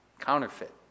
counterfeit